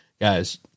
guys